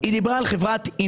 היא דיברה על חברת אינבידה.